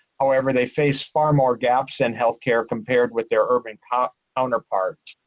however, they face far more gaps in health care compared with their urban counterparts.